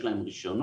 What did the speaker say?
יש להם רישיונות,